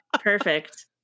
Perfect